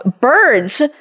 birds